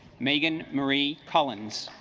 megan marie collins